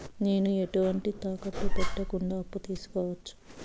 నేను ఎటువంటి తాకట్టు పెట్టకుండా అప్పు తీసుకోవచ్చా?